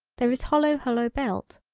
there is hollow hollow belt,